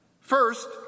First